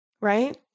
right